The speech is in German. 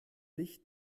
licht